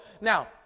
now